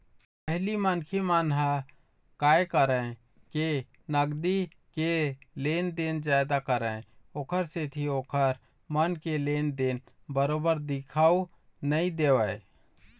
पहिली मनखे मन ह काय करय के नगदी के लेन देन जादा करय ओखर सेती ओखर मन के लेन देन बरोबर दिखउ नइ देवय